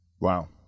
Wow